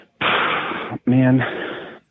Man